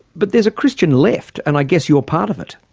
but there's a christian left and i guess you're part of it?